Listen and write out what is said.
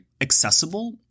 accessible